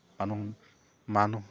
মানুহ মানুহ